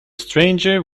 stranger